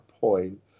point